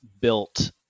built